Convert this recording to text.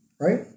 right